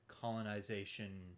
colonization